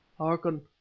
hearken!